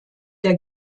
der